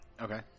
Okay